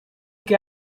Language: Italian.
che